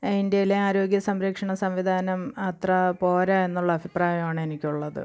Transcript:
ഇന്ത്യയിലെ ആരോഗ്യ സംരക്ഷണ സംവിധാനം അത്ര പോര എന്നുള്ള അഭിപ്രായമാണ് എനിക്കുള്ളത്